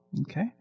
Okay